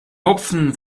hopfen